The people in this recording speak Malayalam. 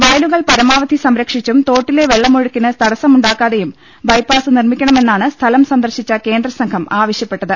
വയലുകൾ പരമാവധി സംരക്ഷിച്ചും തോട്ടിലെ വെള്ളമൊഴുക്കിന് തടസ്സമുണ്ടാക്കാതെയും ബൈപ്പാസ് നിർമ്മിക്കണമെന്നാണ് സ്ഥലം സന്ദർശിച്ച ക്ടേന്ദ്രസംഘം ആവ ശ്യപ്പെട്ടത്